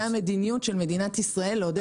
זו המדיניות של מדינת ישראל לעודד אנשים.